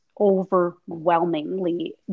overwhelmingly